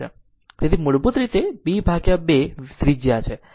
તેથી તે મૂળભૂત રીતે B 2 ત્રિજ્યા છે